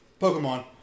Pokemon